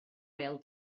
bêl